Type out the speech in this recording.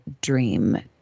dream